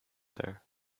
there